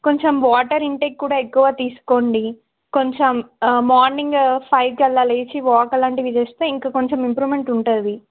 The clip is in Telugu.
కొంచెం వాటర్ ఇంటేక్ కూడా ఎక్కువ తీసుకోండి కొంచెం మార్నింగ్ ఫైవ్ కల్లా లేచి వాక్ అలాంటివి చేేస్తే ఇంక కొంచెం ఇంప్రూవమెంట్ ఉంటుంది